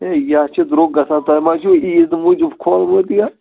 یے یہِ ہا چھِ درٛۅگ گژھان تۄہہِ ما چھُو عیٖدٕ موٗجوٗب کھولمُت یَتھ